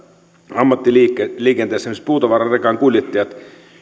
ammattiliikenteessä esimerkiksi puutavararekan kuljettajat